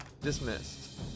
dismissed